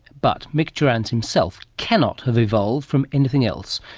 but micturans himself cannot have evolved from anything else.